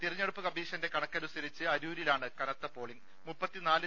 തിരഞ്ഞെടുപ്പ് കമ്മീഷന്റെ കണക്കനുസരിച്ച് അരൂരിലാണ് കനത്ത പോളിംഗ്